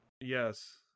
yes